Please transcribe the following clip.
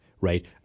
right